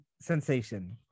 sensation